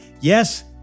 Yes